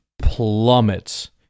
plummets